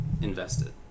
invested